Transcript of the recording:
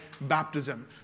baptism